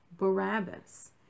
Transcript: Barabbas